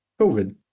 COVID